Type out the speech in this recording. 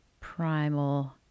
primal